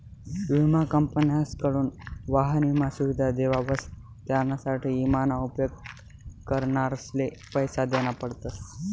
विमा कंपन्यासकडथून वाहन ईमा सुविधा देवावस त्यानासाठे ईमा ना उपेग करणारसले पैसा देना पडतस